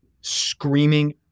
screaming